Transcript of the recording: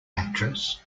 actress